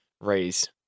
raise